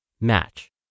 match